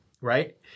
Right